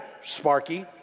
Sparky